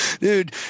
dude